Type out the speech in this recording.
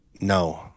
No